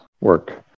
work